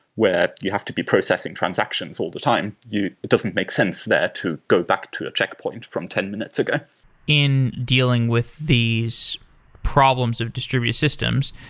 where you have to be processing transactions all the time. it doesn't make sense there to go back to a checkpoint from ten minutes ago in dealing with these problems of distributed systems,